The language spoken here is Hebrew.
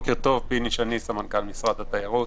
בוקר טוב, אני סמנכ"ל משרד התיירות.